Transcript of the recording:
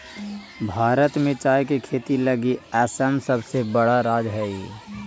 भारत में चाय के खेती लगी असम सबसे बड़ा राज्य हइ